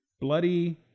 bloody